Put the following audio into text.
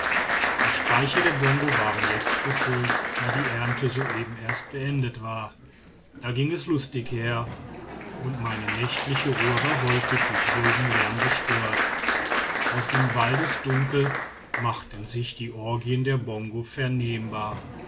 die speicher der bongo waren jetzt gefüllt da die ernte soeben erst beendet war da ging es lustig her und meine nächtliche ruhe war häufig durch wilden lärm gestört aus dem waldesdunkel machten sich die orgien der bongo vernehmbar